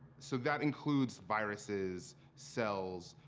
so that includes viruses, cells,